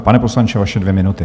Pane poslanče, vaše dvě minuty.